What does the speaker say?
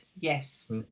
yes